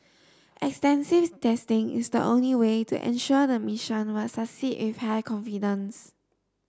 extensive testing is the only way to ensure the mission will succeed if high confidence